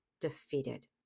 defeated